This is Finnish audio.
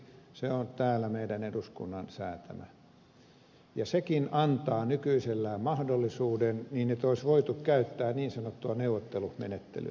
se on täällä meidän eduskunnan säätämä ja sekin antaa nykyisellään mahdollisuuden niin että olisi voitu käyttää niin sanottua neuvottelumenettelyä